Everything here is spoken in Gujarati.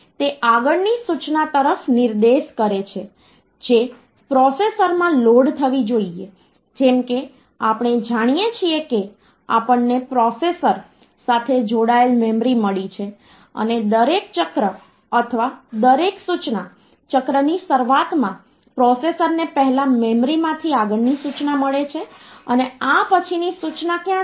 તેથી કેટલાક કોડ દ્વારા અક્ષરો પણ સંગ્રહિત થાય છે અને આ કોડ એક ખૂબ જ લોકપ્રિય કોડ છે જે ASCII કોડ તરીકે ઓળખાય છે જ્યાં દરેક અક્ષરને અમુક પૂર્ણાંક કોડ આપવામાં આવે છે અને આખરે કમ્પ્યુટરની અંદર જે સંગ્રહિત થાય છે અને તે બીજું કંઈ નહીં પરંતુ આ પૂર્ણાંક કોડ છે